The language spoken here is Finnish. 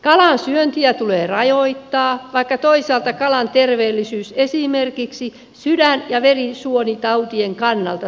kalan syöntiä tulee rajoittaa vaikka toisaalta kalan terveellisyys esimerkiksi sydän ja verisuonitautien kannalta tunnustetaan